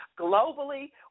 globally